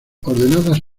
ordenadas